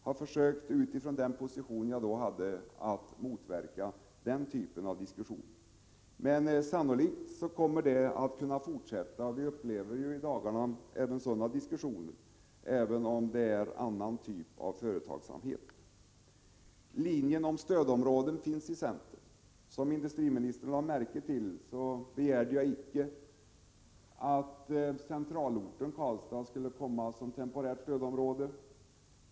Jag försökte utifrån den position jag då hade att motverka den typen av diskussioner. Men sannolikt kommer de att fortsätta. Vi upplever även i dag sådana diskussioner, även om det är fråga om annan typ av företagsverksamhet. Inom centern ställer vi oss bakom linjen för stödområdesindelning. Som industriministern lade märke till begärde jag inte att centralorten Karlstad temporärt skulle bli ett stödområde.